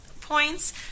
points